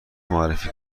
معرفی